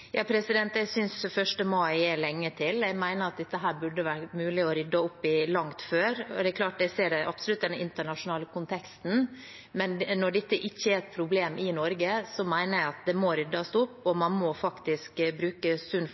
Jeg synes det er lenge til 1. mai, og jeg mener at det burde vært mulig å rydde opp i dette langt før. Jeg ser absolutt den internasjonale konteksten, men når dette ikke er et problem i Norge, mener jeg at det må ryddes opp, man må faktisk bruke